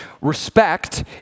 Respect